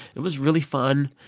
it was really fun.